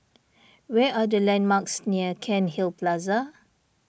where are the landmarks near Cairnhill Plaza